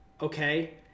okay